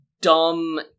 dumb